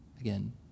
again